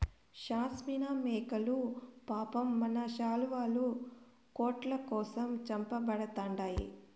షాస్మినా మేకలు పాపం మన శాలువాలు, కోట్ల కోసం చంపబడతండాయి